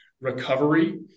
recovery